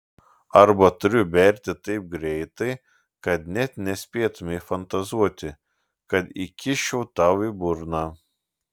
arba turiu berti taip greitai kad net nespėtumei fantazuoti kad įkiščiau tau į burną